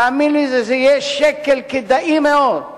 תאמין לי, זה יהיה שקל כדאי מאוד.